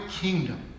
kingdom